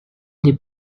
the